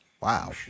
Wow